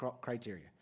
criteria